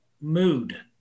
mood